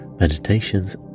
meditations